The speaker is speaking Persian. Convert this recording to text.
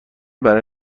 برای